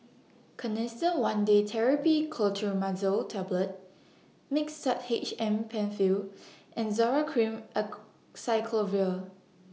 Canesten one Day Therapy Clotrimazole Tablet Mixtard H M PenFill and Zoral Cream Acyclovir